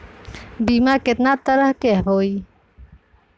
बीमा केतना तरह के होइ?